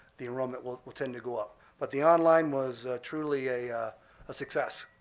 the enrollment will will tend to go up. but the online was truly a ah success.